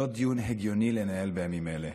לא דיון הגיוני לנהל בימים אלה.